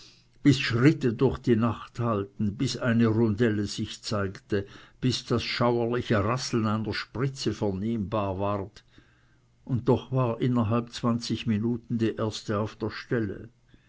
bis schritte durch die nacht hallten bis eine rundelle sich zeigte bis das schauerliche rasseln einer spritze vernehmbar ward und doch war innerhalb zwanzig minuten die erste auf der stelle